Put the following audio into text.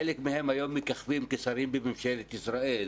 חלק מהם מככבים היום כשרים בממשל ישראל,